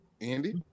Andy